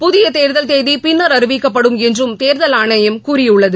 புதிய தேர்தல் தேதி பின்னா் அறிவிக்கப்படும் என்றும் தேர்தல் ஆணையம் கூறியுள்ளது